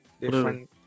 different